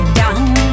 down